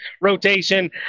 rotation